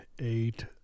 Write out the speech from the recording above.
eight